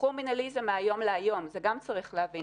שחרור מינהלי זה מהיום להיום וגם את זה צריך להבין.